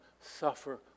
suffer